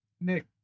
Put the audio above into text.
Nick